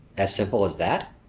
as simple as that?